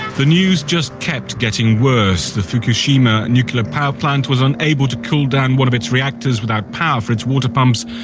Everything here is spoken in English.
the news just kept getting worse. the fukushima nuclear power plant was unable to cool down one of its reactors without power for its water pumps,